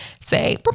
say